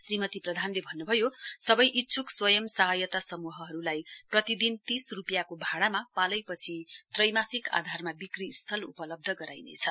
श्रीमती प्रधानले भन्नुभयो सबै इच्छुक स्वंय सहायता समूहहरूलाई प्रतिदिन तीस रूपियाको भाडामा पालैपछि त्रैमासिक आधारमा विक्री स्थल उपलव्ध गराइनेछ